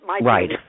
Right